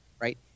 right